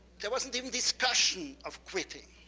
there wasn't even discussion of quitting.